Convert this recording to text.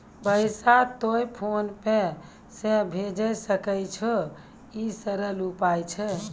पैसा तोय PhonePe से भैजै सकै छौ? ई सरल उपाय छै?